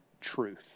truth